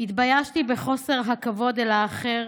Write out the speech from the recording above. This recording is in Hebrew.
התביישתי בחוסר הכבוד אל האחר,